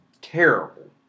terrible